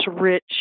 rich